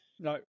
No